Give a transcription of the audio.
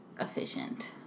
efficient